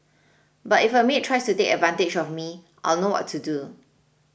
but if a maid tries to take advantage of me I'll know what to do